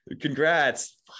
congrats